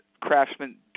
craftsmen